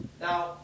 Now